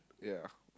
ya